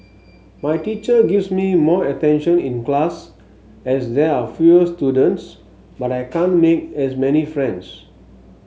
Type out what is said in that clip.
my teacher gives me more attention in class as there are fewer students but I can't make as many friends